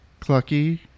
Clucky